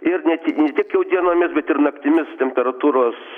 ir ne tik ne tik jau dienomis bet ir naktimis temperatūros